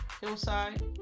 Hillside